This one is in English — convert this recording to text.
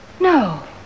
No